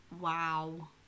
wow